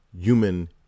human